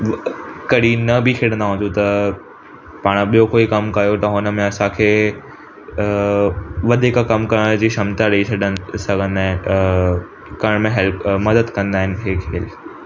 कॾहिं न बि खेड़ंदा हुजूं त पाण ॿियो कोई कमु कयो त हुनमें असांखे अ वधीक कमु करण जी क्षमता ॾेई सघनि सघंदा आहिनि अ करण में हैल्प अ मदद कंदा आहिनि हे खेल